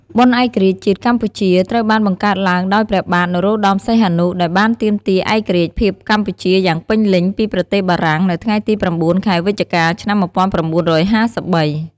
បុណ្យឯករាជ្យជាតិកម្ពុជា ត្រូវបានបង្កើតឡើងដោយព្រះបាទ នរោត្តមសីហនុ ដែលបានទាមទារឯករាជ្យភាពកម្ពុជាយ៉ាងពេញលេញពី ប្រទេសបារាំង នៅថ្ងៃទី ៩ ខែវិច្ឆិកា ឆ្នាំ ១៩៥៣ ។